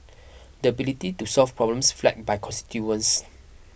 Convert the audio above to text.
the ability to solve problems flagged by constituents